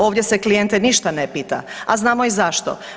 Ovdje se klijente ništa ne pita, a znamo i zašto.